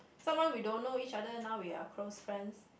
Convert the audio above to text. someone we don't know each other now we are close friends